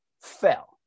fell